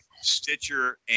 Stitcher